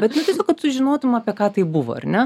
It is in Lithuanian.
bet nu tiesiog kad sužinotum apie ką tai buvo ar ne